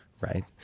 right